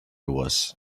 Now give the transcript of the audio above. was